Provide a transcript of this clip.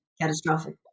catastrophic